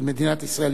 של מדינת ישראל,